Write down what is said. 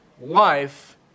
life